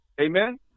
Amen